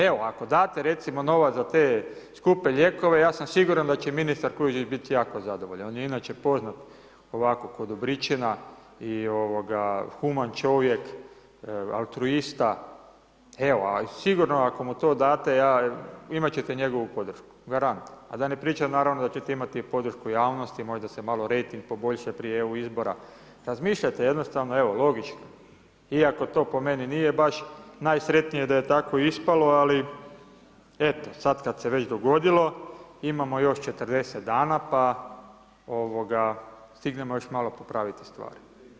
Evo, ako date recimo novac za te skupe lijekove, ja sam siguran da će ministar Kujundžić biti jako zadovoljan, on je inače poznat, ovako, k'o dobričina i ovoga, human čovjek, altruista, evo, sigurno ako mu to date imati ćete njegovu podršku, garant, a da ne pričam naravno da ćete imati podršku javnosti, možda se malo rejting poboljša prije EU izbora, razmišljate, jednostavno, evo, logički, iako to po meni nije baš najsretnije da je tako ispalo, ali, eto, sada kada se već dogodilo, imamo još 40 dana, pa, ovoga, stignemo još malo popraviti stvari.